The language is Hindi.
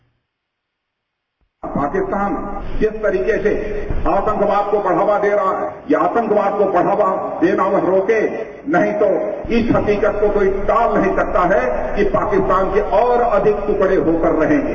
बाइट पाकिस्तान जिस तरीके से आतंकवाद को बढ़ावा दे रहा है यह आतंकवाद को बढ़ावा देना वह रोके नहीं तो इस हकीकत को कोई टाल नहीं सकता है कि पाकिस्तान के और अधिक टुकड़े होकर रहेंगे